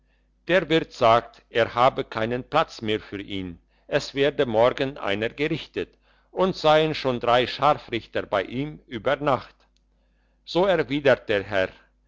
der wirt sagt er habe keinen platz mehr für ihn es werde morgen einer gerichtet und seien schon drei scharfrichter bei ihm über nacht so erwidert der herr